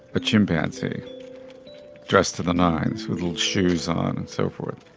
a chimpanzee dressed to the nines with little shoes on and so forth